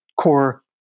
core